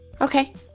Okay